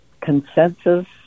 consensus